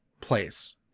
place